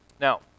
now